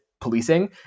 policing